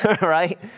right